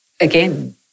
again